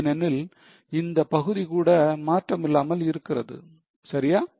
ஏனெனில் இந்த பகுதி கூட மாற்றம் இல்லாமல் இருக்கிறது சரியா